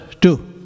two